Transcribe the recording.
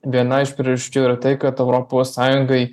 viena iš priežasčių yra tai kad europos sąjungai